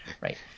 Right